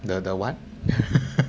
the the what